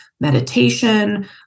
Meditation